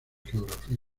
geografía